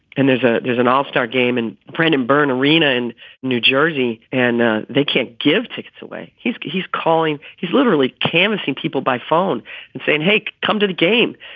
and there's a there's an all-star game and print and burn arena in new jersey. and they can't give tickets away. he's he's calling he's literally canvassing people by phone and and saying, hey, come to the game.